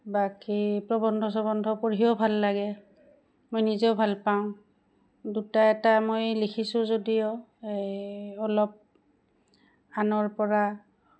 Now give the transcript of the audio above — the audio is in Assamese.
বাকী প্ৰবন্ধ সবন্ধ পঢ়িও ভাল লাগে মই নিজেও ভাল পাওঁ দুটা এটা মই লিখিছোঁ যদিও এই অলপ আনৰ পৰা